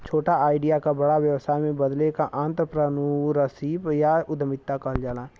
छोटा आईडिया क बड़ा व्यवसाय में बदले क आंत्रप्रनूरशिप या उद्दमिता कहल जाला